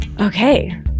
Okay